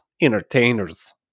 entertainers